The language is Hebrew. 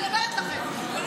אני אומרת לכם,